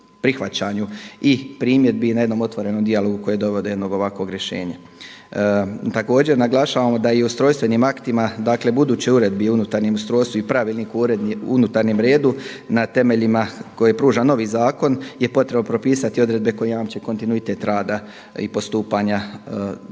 prihvaćanju i primjedbi i na jednom otvorenom dijalogu koji je doveo do jednog ovakvog rješenja. Također naglašavamo da i u ustrojstvenim aktima dakle budućih uredbi, unutarnjem ustrojstvu i Pravilniku o unutarnjem redu na temeljima koje pruža novi zakon je potrebno propisati odredbe koje jamče kontinuitet rada i postupanja naravno